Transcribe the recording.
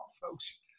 folks